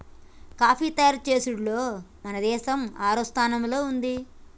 coffee తయారు చేసుడులో మన దేసం ఆరవ స్థానంలో ఉంది